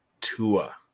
Tua